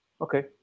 okay